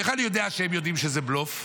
איך אני יודע שהם יודעים שזה בלוף?